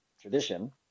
tradition